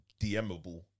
DMable